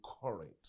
current